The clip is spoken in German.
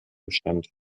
bestand